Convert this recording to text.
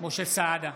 משה סעדה,